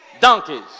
donkeys